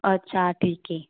अच्छा ठीक आहे